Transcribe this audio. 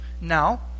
Now